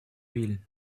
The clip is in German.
viel